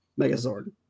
Megazord